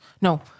No